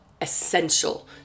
essential